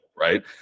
right